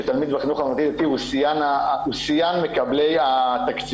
שתלמיד בחינוך הממלכתי-דתי הוא שיאן מקבלי התקציב.